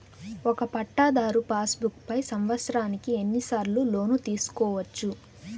ఒక పట్టాధారు pass book పై సంవత్సరానికి ఎన్ని సార్లు లోను తీసుకోవచ్చు?